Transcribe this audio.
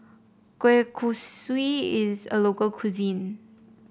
Kueh Kosui is a local cuisine